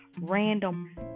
random